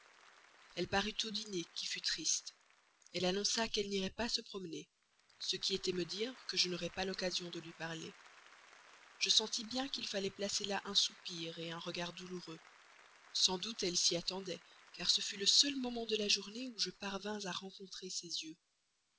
elle parut au dîner qui fut triste elle annonça qu'elle n'irait pas se promener ce qui était me dire que je n'aurais pas l'occasion de lui parler je sentis bien qu'il fallait placer là un soupir un regard douloureux sans doute elle s'y attendait car ce fut le seul moment de la journée où je parvins à rencontrer ses yeux